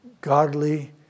godly